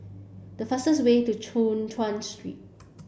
the fastest way to Choon Chuan Street